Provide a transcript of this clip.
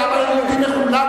העם היהודי מחולק,